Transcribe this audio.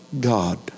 God